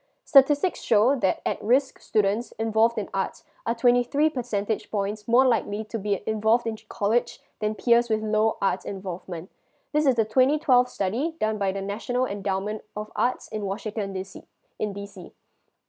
statistic show that at risk students involved in arts are twenty three percentage points more likely to be involved into college than peers with low arts involvement this is the twenty twelve study done by the national endowment of arts in washington D C in D C